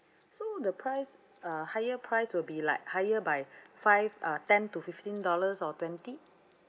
so the price uh higher price will be like higher by five uh ten to fifteen dollars or twenty